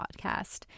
podcast